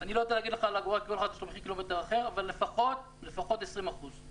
אני לא יודע לומר לך, אבל לפחות 20 אחוזים.